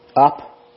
up